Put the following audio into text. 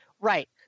right